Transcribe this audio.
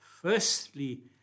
firstly